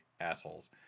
assholes